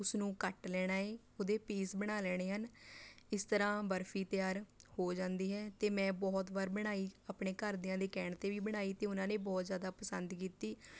ਉਸਨੂੰ ਕੱਟ ਲੈਣਾ ਏ ਉਹਦੇ ਪੀਸ ਬਣਾ ਲੈਣੇ ਹਨ ਇਸ ਤਰ੍ਹਾਂ ਬਰਫ਼ੀ ਤਿਆਰ ਹੋ ਜਾਂਦੀ ਹੈ ਅਤੇ ਮੈਂ ਬਹੁਤ ਵਾਰ ਬਣਾਈ ਆਪਣੇ ਘਰਦਿਆਂ ਦੇ ਕਹਿਣ 'ਤੇ ਵੀ ਬਣਾਈ ਅਤੇ ਉਹਨਾਂ ਨੇ ਬਹੁਤ ਜ਼ਿਆਦਾ ਪਸੰਦ ਕੀਤੀ